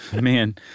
Man